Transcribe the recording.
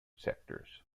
sectors